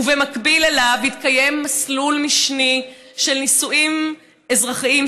ובמקביל אליו יתקיים מסלול משני של נישואים אזרחיים,